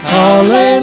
Hallelujah